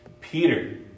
Peter